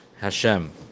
Hashem